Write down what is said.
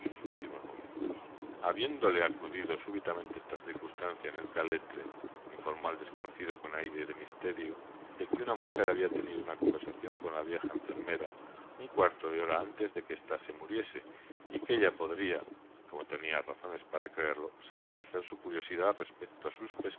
sus últimos momentos habiéndole acudido súbitamente esta circunstancia en el caletre informó al desconocido con aire de misterio de que una mujer habia tenido una conversacion con la vieja enfermara un cuarto de hora antes de que esta se muriese y que ella podria como tenia razones para creerlo satisfacer su curiosidad respecto á sus